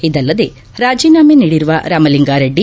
ಇದಲ್ಲದೆ ರಾಜೀನಾಮೆ ನೀಡಿರುವ ರಾಮಲಿಂಗಾರೆಡ್ಡಿ